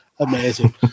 Amazing